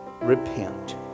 repent